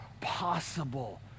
possible